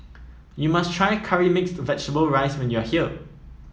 you must try Curry Mixed Vegetable rice when you are here